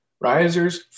risers